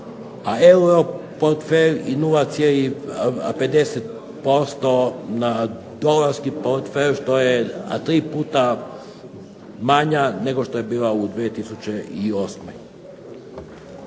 na euro portfelj i 0,50% na dolarski portfelj što je 3 puta manja nego što je bila u 2008.